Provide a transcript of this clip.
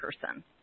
person